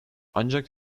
ancak